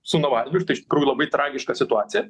su navalnu tai iš tikrųjų labai tragiška situacija